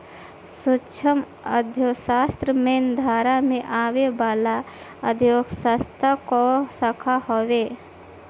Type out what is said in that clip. सूक्ष्म अर्थशास्त्र मेन धारा में आवे वाला अर्थव्यवस्था कअ शाखा हवे